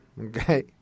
okay